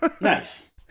Nice